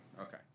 Okay